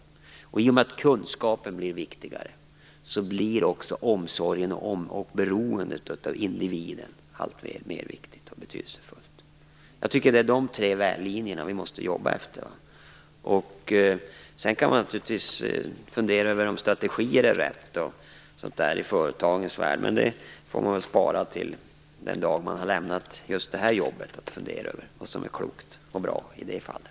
I och med att kunskapen blir viktigare blir också omsorgen och beroendet av individen alltmer viktigt och betydelsefullt. Jag tycker att det är de här tre linjerna som vi måste jobba efter. Man kan naturligtvis fundera över om strategier i företagens värld är de rätta. Men det får man väl spara till den dag då man har lämnat just det här jobbet. Då får man väl fundera över vad som är klokt och bra i just det fallet.